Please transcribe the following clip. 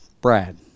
Brad